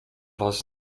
was